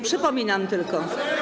Przypominam tylko.